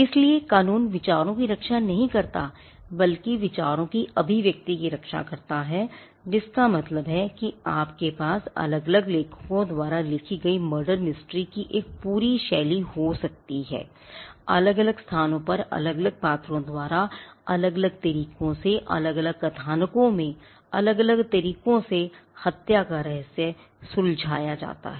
इसलिए कानून विचारों की रक्षा नहीं करता है बल्कि विचारों की अभिव्यक्ति की रक्षा करता है जिसका मतलब है कि आपके पास अलग अलग लेखकों द्वारा लिखी गई मर्डर मिस्ट्री की एक पूरी शैली हो सकती है अलग अलग स्थानों में अलग अलग पात्रों द्वाराअलग अलग तरीकों सेअलग अलग कथानकों में अलग अलग तरीक़ों से हत्या का रहस्य सुलझाया जाता है